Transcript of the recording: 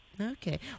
Okay